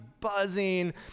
buzzing